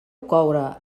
coure